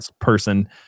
person